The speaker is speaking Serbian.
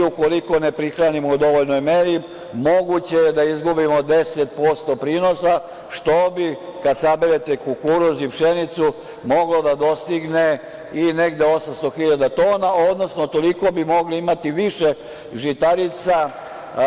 Ukoliko ne prihranimo u dovoljnoj meri moguće je da izgubimo 10% prinosa, što bi kada sabere kukuruz i pšenicu moglo da dostigne i negde 800.000 tona, odnosno toliko bi mogli imati više žitarica,